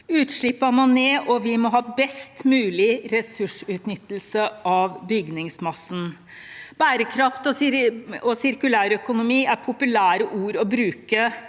Utslippene må ned, og vi må ha best mulig ressursutnyttelse av bygningsmassen. Bærekraft og sirkulærøkonomi er populære ord å bruke,